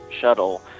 shuttle